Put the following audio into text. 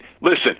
listen